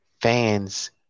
fans